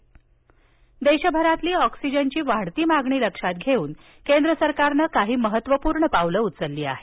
oxygen देशभरातील ऑक्सिजनची वाढती मागणी लक्षात घेऊन केंद्र सरकारनं काही महत्त्वपूर्ण पावलं उचलली आहेत